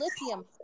lithium